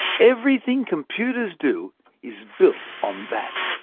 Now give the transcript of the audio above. everything computers do is built on that.